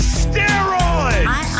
steroids